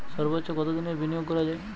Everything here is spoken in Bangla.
সর্বোচ্চ কতোদিনের বিনিয়োগ করা যায়?